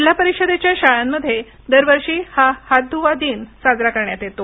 जिल्हा परिषदेच्या शाळांमध्ये दरवर्षी हा हात धुवा दिन साजरा करण्यात येतो